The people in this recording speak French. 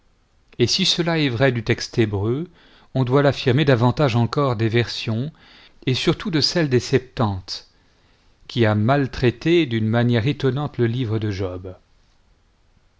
et si cela est vrai du texte hébreu on doit l'affirmer davantage encore des versions et surtout de celle des septante qui a maltraité dune manière étonnante le livre de job